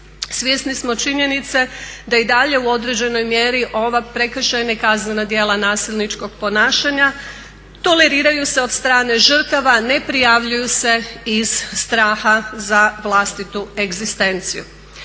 svjesni smo činjenice da i dalje u određenoj mjeri ova prekršajna i kaznena djela nasilničkog ponašanja toleriraju se od strane žrtava, ne prijavljuju se iz straha za vlastitu egzistenciju.